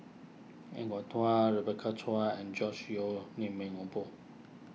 Er Kwong Rebecca Chua and George Yeo Ming O Boon